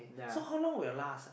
so how long will last ah